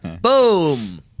boom